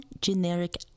generic